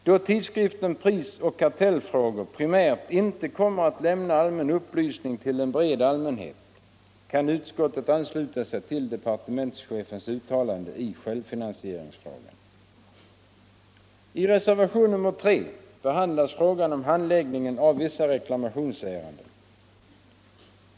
Då tidskriften Prisoch kartellfrågor primärt inte kommer att lämna allmän upplysning till en bred allmänhet kan utskottet ansluta sig till departementschefens uttalande i självfinansieringsfrågan. I reservation nr 3 behandlas handläggningen av vissa reklamationsärenden.